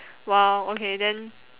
!wow! okay then